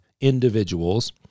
individuals